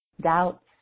doubts